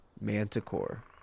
manticore